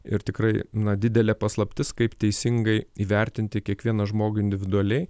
ir tikrai na didelė paslaptis kaip teisingai įvertinti kiekvieną žmogų individualiai